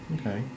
Okay